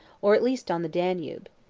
or at least on the danube.